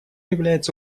является